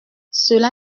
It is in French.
cela